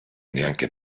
neanche